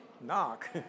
knock